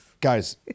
Guys